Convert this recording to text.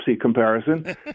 comparison